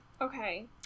Okay